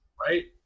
Right